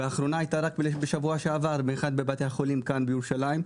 והאחרונה הייתה רק בשבוע שעבר באחד מבתי החולים כאן בירושלים,